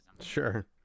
Sure